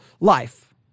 life